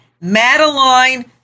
Madeline